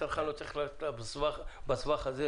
הצרכן לא צריך ללכת לאיבוד בסבך הזה.